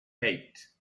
eight